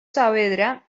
saavedra